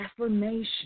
affirmation